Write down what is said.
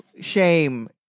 shame